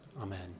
Amen